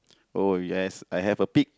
oh yes I have a pitch